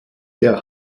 der